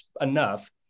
enough